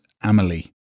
Amelie